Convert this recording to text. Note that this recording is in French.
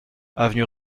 avenue